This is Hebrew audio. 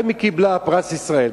גם היא קיבלה פרס ישראל.